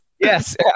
Yes